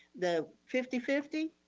the fifty fifty,